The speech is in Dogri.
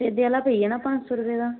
सफेदे आह्ला पेई जाना पञं सौ रपे दा